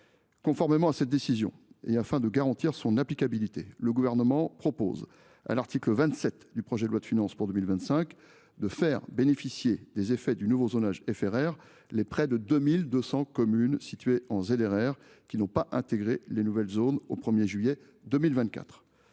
Conformément à cette décision, et afin de garantir son applicabilité, le Gouvernement propose, à l’article 27 du projet de loi de finances pour 2025, de faire bénéficier des effets du nouveau zonage FRR les 2 168 communes anciennement situées en ZRR, mais n’ayant pas intégré les nouvelles zones au 1 juillet 2024.